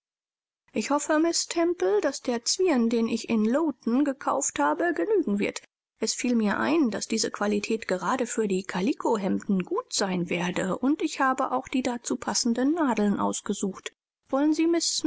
ich hoffe miß temple daß der zwirn den ich in lowton gekauft habe genügen wird es fiel mir ein daß diese qualität gerade für die calikohemden gut sein werde und ich habe auch die dazu passenden nadeln ausgesucht wollen sie miß